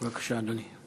בבקשה, אדוני.